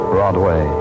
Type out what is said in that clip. Broadway